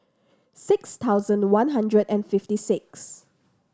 six thousand one hundred and fifty six